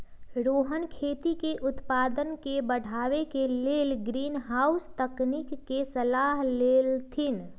रोहन खेती के उत्पादन के बढ़ावे के लेल ग्रीनहाउस तकनिक के सलाह देलथिन